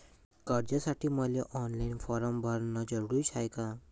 कर्जासाठी मले online form भरन जरुरीच हाय का?